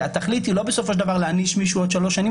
התכלית בסופו של דבר היא לא להעניש מישהו בעוד שלוש שנים,